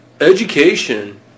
education